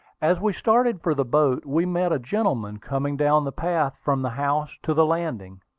as we started for the boat, we met a gentleman coming down the path from the house to the landing.